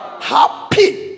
Happy